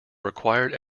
required